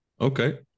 Okay